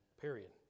period